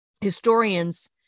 historians